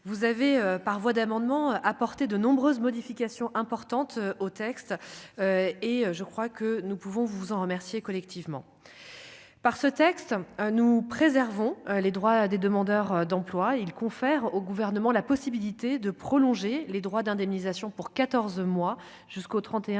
vous avez, par voie d'amendement apporté de nombreuses modifications importantes au texte et je crois que nous pouvons vous en remercier collectivement par ce texte, hein, nous préservons les droits des demandeurs d'emploi, il confère au gouvernement la possibilité de prolonger les droits d'indemnisation pour 14 mois jusqu'au 31 décembre